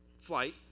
flight